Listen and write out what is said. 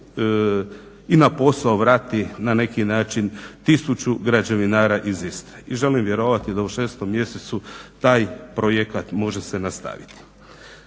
i na posao vrati na neki način 1000 građevinara iz Istre. I želim vjerovati da u šestom mjesecu taj projekat može se nastaviti.